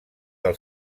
del